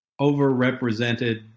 overrepresented